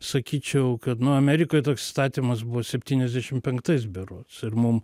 sakyčiau kad nu amerikoj toks įstatymas buvo septyniasdešim penktais berods ir mum